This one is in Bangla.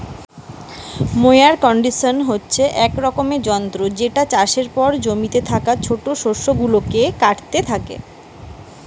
মোয়ার কন্ডিশন হচ্ছে এক রকমের যন্ত্র যেটা চাষের পর জমিতে থাকা ছোট শস্য গুলাকে কাটতে থাকে